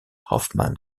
hoffman